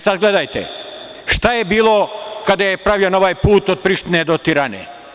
Sada, gledajte, šta je bilo kada je pravljen ovaj put od Prištine do Tirane?